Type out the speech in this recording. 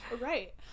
Right